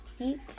eat